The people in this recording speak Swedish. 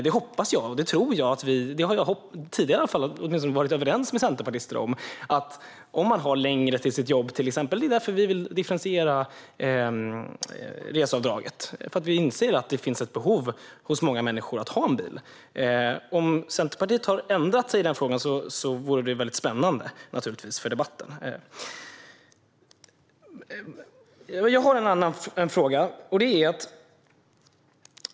Det hoppas och tror jag att vi är överens med centerpartister om; det har vi i alla fall varit tidigare. Det är därför vi vill differentiera reseavdraget: för att vi inser att det hos många människor finns ett behov av att ha bil. Om Centerpartiet har ändrat sig i den frågan vore det naturligtvis väldigt spännande för debatten. Jag har en fråga.